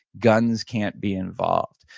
guns can't be involved.